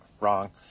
Wrong